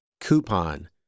coupon